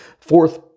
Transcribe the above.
Fourth